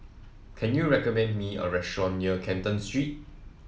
can you recommend me a restaurant near Canton Street